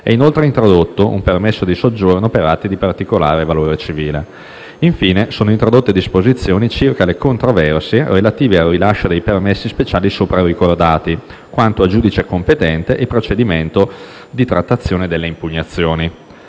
È inoltre introdotto un permesso di soggiorno per atti di particolare valore civile. Infine, sono introdotte disposizioni circa le controversie relative al rilascio dei permessi speciali sopra ricordati, quanto a giudice competente e procedimento di trattazione delle impugnazioni.